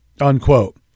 unquote